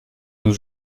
nos